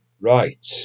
Right